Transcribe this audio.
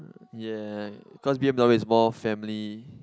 ya cause B_M_W is more family